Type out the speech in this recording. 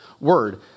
word